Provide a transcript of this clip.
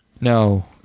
no